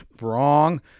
Wrong